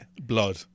Blood